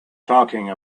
talking